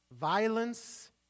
Violence